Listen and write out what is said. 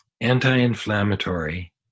anti-inflammatory